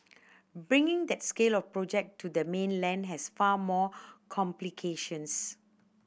bringing that scale of project to the mainland has far more complications